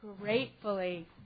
gratefully